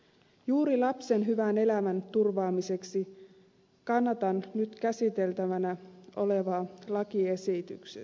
juuri lapsen hyvän elämän turvaamiseksi kannatan nyt käsiteltävänä olevaa lakiesitystä